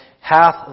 hath